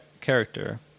character